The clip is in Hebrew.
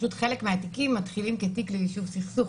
פשוט חלק מהתיקים מתחילים כתיק לישוב סכסוך.